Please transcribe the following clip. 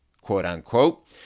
quote-unquote